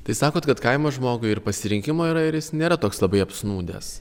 tai sakot kad kaimo žmogui ir pasirinkimo yra ir jis nėra toks labai apsnūdęs